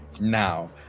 now